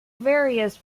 various